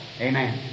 Amen